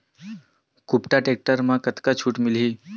कुबटा टेक्टर म कतका छूट मिलही?